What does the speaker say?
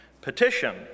petition